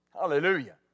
Hallelujah